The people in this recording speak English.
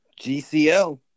GCL